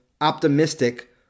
optimistic